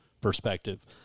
perspective